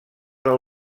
del